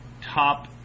top